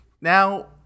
Now